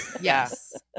Yes